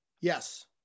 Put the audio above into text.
Yes